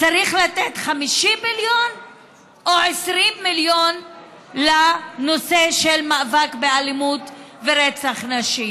האם צריך לתת 50 מיליון או 20 מיליון לנושא המאבק באלימות וברצח נשים.